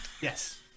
Yes